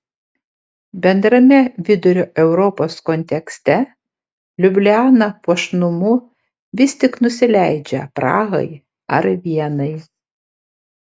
bendrame vidurio europos kontekste liubliana puošnumu vis tik nusileidžia prahai ar vienai